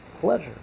pleasure